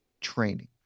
training